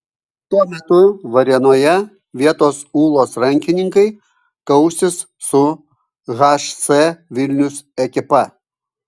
tuo metu varėnoje vietos ūlos rankininkai kausis su hc vilnius ekipa